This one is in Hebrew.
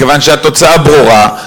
כיוון שהתוצאה ברורה,